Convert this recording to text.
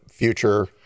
Future